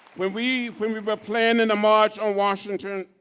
when we when we were planning the march on washington,